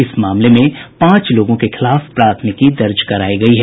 इस मामले में पांच लोगों के खिलाफ प्राथमिकी दर्ज करायी गयी है